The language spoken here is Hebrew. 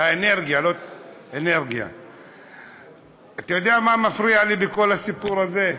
אתה יודע מה מפריע לי בכל הסיפור הזה?